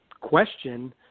question